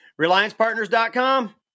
ReliancePartners.com